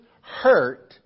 hurt